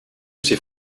ses